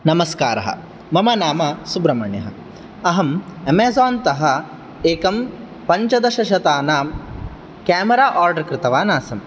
नमस्कारः मम नाम सुब्रमण्यः अहम् अमेझान्तः एकं पञ्चदशशतानां क्यामरा आर्डर् कृतवान् आसम्